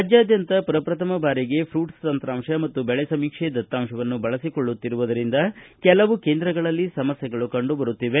ರಾಜ್ಯಾದ್ಯಂತ ಪ್ರಶ್ರಥಮ ಬಾರಿಗೆ ಪುಟ್ಲ್ ತಂತಾಂಶ ಮತ್ತು ಬೆಳೆ ಸಮಿಕ್ಷೆ ದತ್ತಾಂಶವನ್ನು ಬಳೆಸಿಕೊಳ್ಳುತ್ತಿರುವುದರಿಂದ ಕೆಲವು ಕೇಂದ್ರಗಳಲ್ಲಿ ಸಮಸ್ಥೆಗಳು ಕಂಡು ಬರುತ್ತಿವ